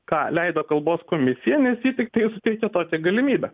ką leido kalbos komisija nes ji tiktai suteikia tokią galimybę